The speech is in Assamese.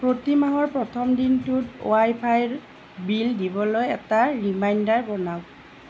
প্ৰতি মাহৰ প্ৰথম দিনটোত ৱাইফাইৰ বিল দিবলৈ এটা ৰিমাইণ্ডাৰ বনাওক